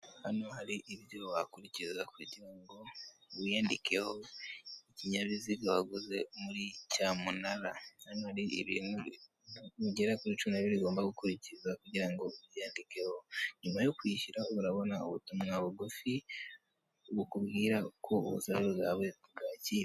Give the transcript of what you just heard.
Hano hari ibyo wakurikiza kugira wiyandikeho ikinyabiziga waguze muri cyamunara. Hano hari ibintu bigera kuri cumi na bibiri ugomba gukurikiza kugira ngo ubyiyandikeho. Nyuma yo kwishyura urabona ubutumwa bugufi bukubwira ko ubusabe bwawe bwakiwe.